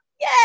yay